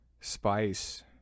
Spice